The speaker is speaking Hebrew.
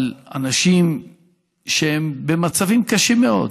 על אנשים שהם במצבים קשים מאוד.